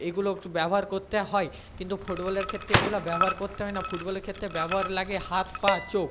এগুলো ব্যবহার করতে হয় কিন্তু ফুটবলের ক্ষেত্রে এগুলো ব্যবহার করতে হয় না ফুটবলের ক্ষেত্রে ব্যবহারে লাগে হাত পা চোখ